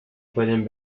pueden